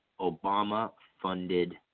Obama-funded